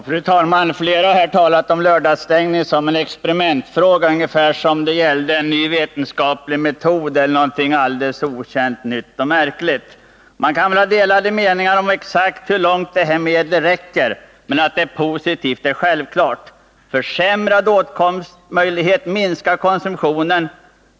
Fru talman! Flera har talat om lördagsstängningen som en experimentfråga, ungefär som om det gällde en ny vetenskaplig metod eller någonting alldeles okänt nytt och märkligt. Man kan ha olika meningar om hur långt exakt det här medlet räcker, men att det är positivt är självklart. Försämrade åtkomstmöjligheter minskar konsumtionen.